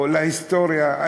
להיסטוריה,